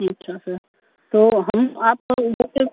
अच्छा सर तो हम आपको वैसे